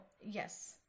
Yes